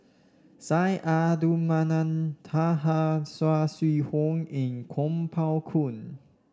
Syed Abdulrahman Taha Saw Swee Hock and Kuo Pao Kun